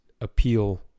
appeal